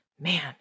Man